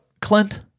Clint